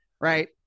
right